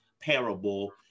parable